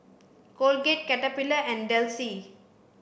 Colgate Caterpillar and Delsey